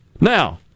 Now